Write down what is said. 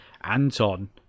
Anton